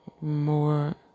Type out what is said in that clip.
more